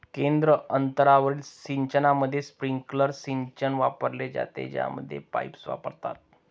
केंद्र अंतरावरील सिंचनामध्ये, स्प्रिंकलर सिंचन वापरले जाते, ज्यामध्ये पाईप्स वापरतात